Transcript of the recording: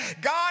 God